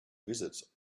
visits